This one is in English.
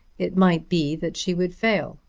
it might be that she would fail,